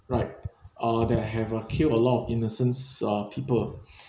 right uh that have uh killed a lot of innocence uh people